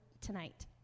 tonight